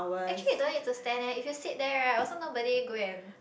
actually you don't need to stand leh if you sit there right also nobody go and